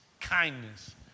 kindness